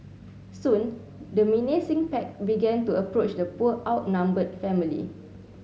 soon the menacing pack began to approach the poor outnumbered family